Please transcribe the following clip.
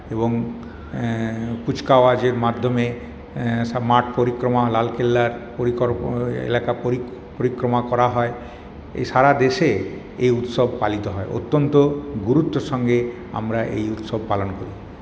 এবং কুচকাওয়াজের মাধ্যমে সব মাঠ পরিক্রমা লালকেল্লার পরিকল্প এলাকা পরিক্রমা করা হয় এই সারা দেশে এই উৎসব পালিত হয় অত্যন্ত গুরুত্বের সঙ্গে আমরা এই উৎসব পালন করি